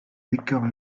décors